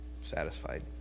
satisfied